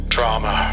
Drama